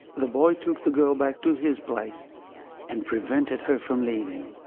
the boy took the girl back to his place and prevented her from leaving.